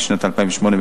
בשנת 2008,